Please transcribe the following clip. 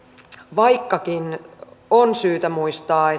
vaikkakin on syytä muistaa